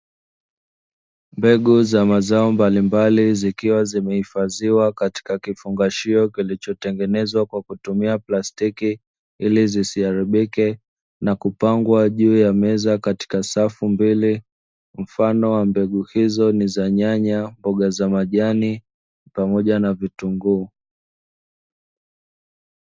Mbegu za mazao mbalimbali zikiwa zimehifadhiwa katika kifungashio kilichotengenezwa kwa kutumia plastiki ili zisiharibike, na kupangwa juu ya meza katika safu mbele mfano wa mbegu hizo ni za nyanya, mboga za majani pamoja na vitunguu.